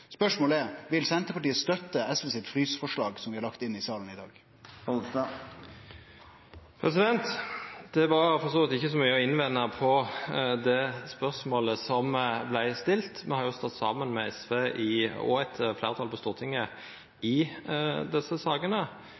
Spørsmålet er: Vil Senterpartiet støtte SV sitt frysforslag som vi har lagt inn i salen i dag? Det var for så vidt ikkje så mykje å innvenda på det spørsmålet som vart stilt. Me har jo stått saman med SV og eit fleirtal på Stortinget i desse sakene,